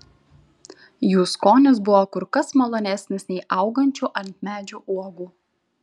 jų skonis buvo kur kas malonesnis nei augančių ant medžių uogų